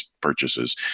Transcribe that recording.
purchases